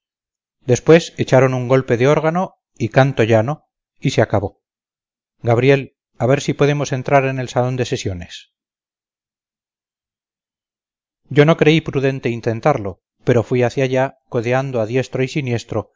después echaron un golpe de órgano y canto llano y se acabó gabriel a ver si podemos entrar en el salón de sesiones yo no creí prudente intentarlo pero fui hacia allá codeando a diestro y siniestro